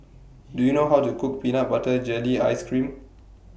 Do YOU know How to Cook Peanut Butter Jelly Ice Cream